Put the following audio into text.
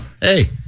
hey